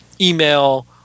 email